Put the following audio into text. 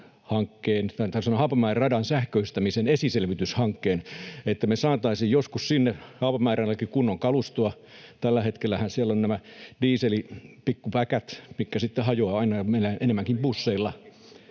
Haapamäen radan sähköistämisen esiselvityshankkeen, että me saataisiin joskus sinne Haapamäen radallekin kunnon kalustoa. Tällä hetkellähän siellä ovat nämä dieselpikkupäkät, mitkä sitten hajoavat aina, ja mennään ennemminkin busseilla